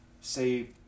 say